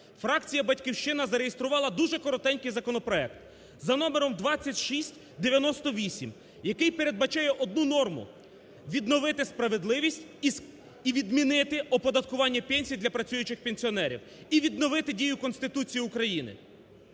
фракція "Батьківщина" зареєструвала дуже коротенький законопроект за номером 2698, який передбачає одну норму – відновити справедливість і відмінити оподаткування пенсій для працюючих пенсіонерів, і відновити дію Конституції України.